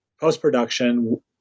post-production